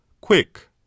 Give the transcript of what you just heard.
quick